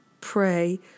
pray